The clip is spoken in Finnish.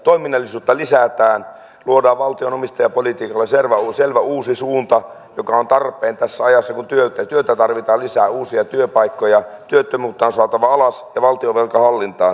toiminnallisuutta lisätään luodaan valtion omistajapolitiikalle selvä uusi suunta joka on tarpeen tässä ajassa kun työtä tarvitaan lisää uusia työpaikkoja työttömyyttä on saatava alas ja valtionvelka hallintaan